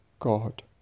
God